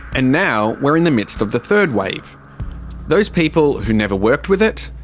and now we're in the midst of the third wave those people who never worked with it,